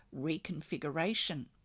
reconfiguration